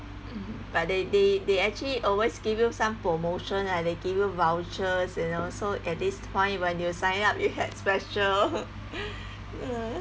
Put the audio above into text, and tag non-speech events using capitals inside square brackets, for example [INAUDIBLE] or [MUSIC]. but they they they actually always give you some promotion like they give you vouchers you know so at this point when you sign up you had special [LAUGHS]